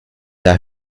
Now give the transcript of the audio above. der